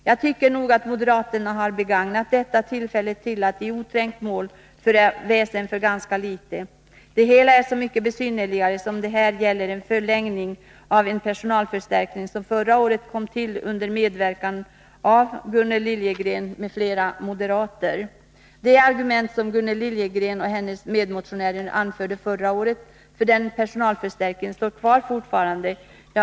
Jag tycker nog att moderaterna har begagnat dessa tillfällen till att i oträngt mål föra väsen för ganska litet. Det hela är så mycket besynnerligare som det här gäller en förlängning av en personalförstärkning som förra året kom till under medverkan av Gunnel Liljegren m.fl. moderater. De argument som Gunnel Liljegren och hennes medmotionärer förra året anförde för denna personalförstärkning står fortfarande kvar.